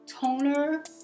toner